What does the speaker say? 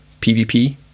pvp